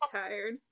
tired